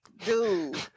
dude